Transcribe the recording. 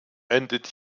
endet